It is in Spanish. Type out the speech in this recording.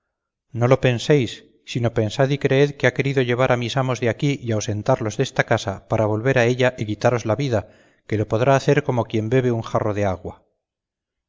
no lo penséis sino pensad y creed que ha querido llevar a mis amos de aquí y ausentarlos desta casa para volver a ella y quitaros la vida que lo podrá hacer como quien bebe un jarro de agua